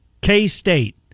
K-State